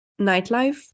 nightlife